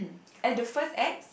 and the first ex